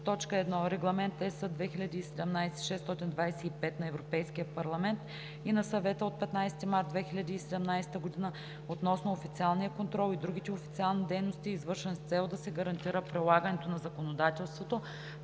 и на: 1. Регламент (БС) 2017/625 на Европейския парламент и на Съвета от 15 март 2017 г. относно официалния контрол и другите официални дейности, извършвани с цел да се гарантира прилагането на законодателството